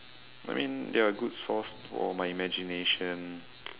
I mean there are good source for my imagination